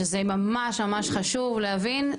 שזה ממש ממש חשוב להבין,